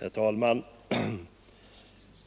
Herr talman! I